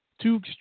Two